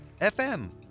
FM